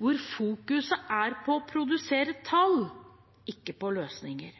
hvor fokuset er å produsere tall, ikke løsninger.